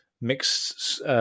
mixed